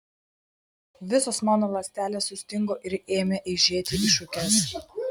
visos mano ląstelės sustingo ir ėmė eižėti į šukes